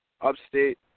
upstate